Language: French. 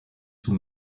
sous